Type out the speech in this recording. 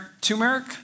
turmeric